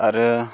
आरो